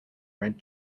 red